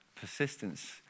Persistence